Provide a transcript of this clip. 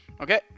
Okay